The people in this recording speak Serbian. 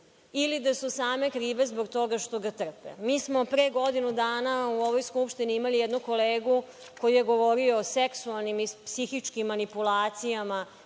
ili da su same krive zbog toga što ga trpe. Mi smo pre godinu dana u ovoj Skupštini imali jednog kolegu koji je govorio o seksualnim i psihičkim manipulacijama